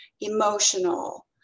emotional